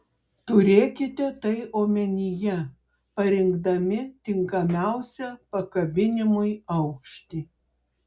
turėkite tai omenyje parinkdami tinkamiausią pakabinimui aukštį